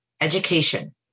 education